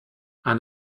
and